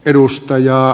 perusta ja